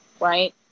right